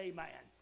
Amen